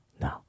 no